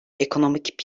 ekonomik